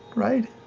right?